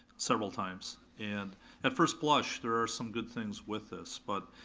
several times. and at first blush, there are some good things with this, but,